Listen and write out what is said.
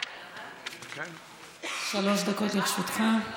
שלוש דקות לרשותך,